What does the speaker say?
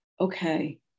okay